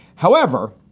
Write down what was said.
however,